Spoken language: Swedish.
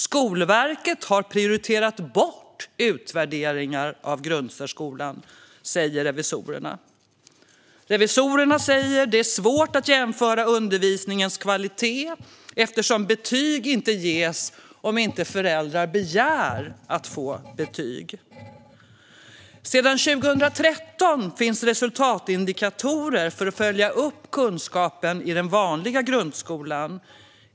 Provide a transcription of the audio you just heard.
Skolverket har prioriterat bort utvärderingar av grundsärskolan, säger revisorerna. Revisorerna säger också att det är svårt att jämföra undervisningens kvalitet eftersom betyg inte ges om inte föräldrar begär att få betyg. Sedan 2013 finns resultatindikatorer för att följa upp kunskapen i den vanliga grundskolan.